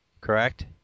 Correct